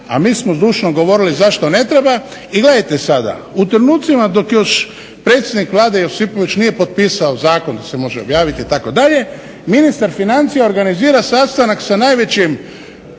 a mi smo zdušno govorili zašto ne treba. i gledajte sada u trenucima dok još predsjednik RH Josipović nije potpisao zakon da se može objaviti itd. ministar financija organizira sastanak sa najvećim